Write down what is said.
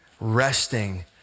resting